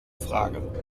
frage